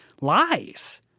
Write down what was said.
lies